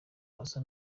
asa